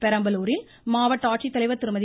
பெரம்பலூரில் மாவட்ட ஆட்சித்தலைவர் திருமதி